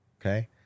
okay